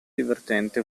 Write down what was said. divertente